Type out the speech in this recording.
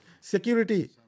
security